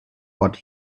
what